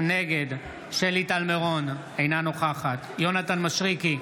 נגד שלי טל מירון, אינה נוכחת יונתן מישרקי,